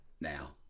now